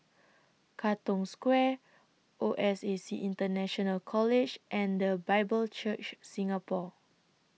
Katong Square O S A C International College and The Bible Church Singapore